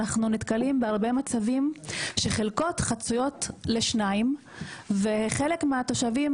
אנחנו נתקלים בהרבה מצבים שחלקות חצויות לשניים וחלק מהתושבים